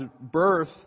birth